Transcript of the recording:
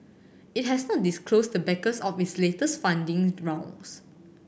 it has not disclosed the backers of its latest funding round